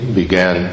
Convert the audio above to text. began